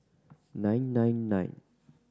nine nine nine